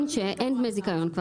הרישיון, אין דמי זיכיון.